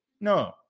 no